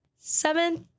seventh